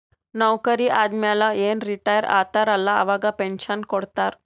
ನೌಕರಿ ಆದಮ್ಯಾಲ ಏನ್ ರಿಟೈರ್ ಆತಾರ ಅಲ್ಲಾ ಅವಾಗ ಪೆನ್ಷನ್ ಕೊಡ್ತಾರ್